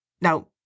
Now